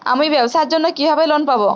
আমি ব্যবসার জন্য কিভাবে লোন পাব?